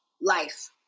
life